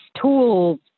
tools